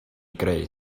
greu